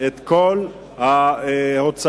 החזר כל ההוצאות